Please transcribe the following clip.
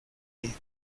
ellos